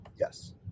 Yes